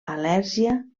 al·lèrgia